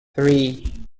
three